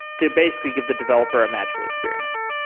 to basically give the developer a magical experience.